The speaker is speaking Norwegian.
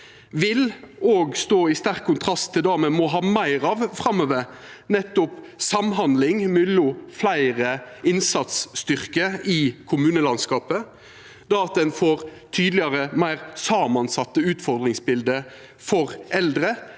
anbod, står i sterk kontrast til det me må ha meir av framover, nettopp samhandling mellom fleire innsatsstyrkar i kommunelandskapet. Det at ein tydeleg får meir samansette utfordringsbilde for dei